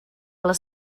les